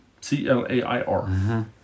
C-L-A-I-R